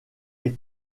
est